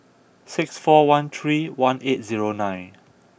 six four one three one eight zero nine